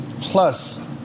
plus